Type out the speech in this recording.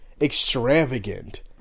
extravagant